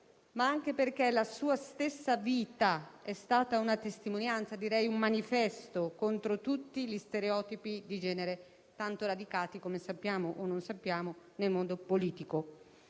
ma anche perché la sua stessa vita è stata una testimonianza, direi un manifesto, contro tutti gli stereotipi di genere, tanto radicati - come sappiamo o non sappiamo - nel mondo politico,